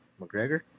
McGregor